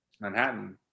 Manhattan